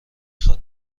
خواد